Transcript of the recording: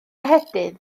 ehedydd